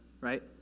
right